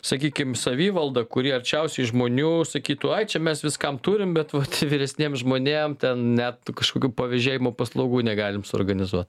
sakykim savivalda kuri arčiausiai žmonių sakytų ai čia mes viskam turim bet vat vyresniem žmonėm ten net kažkokių pavėžėjimo paslaugų negalim suorganizuot